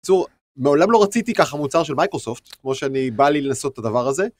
צור, מעולם לא רציתי ככה מוצר של מייקרוסופט כמו שאני... בא לי לנסות את הדבר הזה.